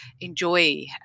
enjoy